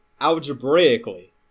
algebraically